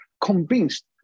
convinced